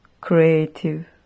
creative